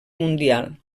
mundial